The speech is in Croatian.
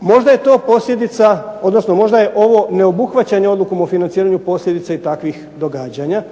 možda je to posljedica, odnosno možda je ovo neobuhvaćanje odlukom o financiranju posljedice i takvih događanja.